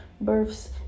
births